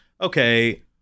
okay